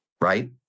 right